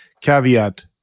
Caveat